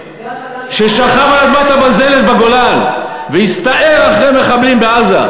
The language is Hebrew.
ששכב על אדמת הבזלת בגולן והסתער אחרי מחבלים בעזה.